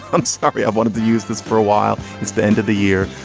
i'm sorry. i've wanted to use this for a while. it's the end of the year.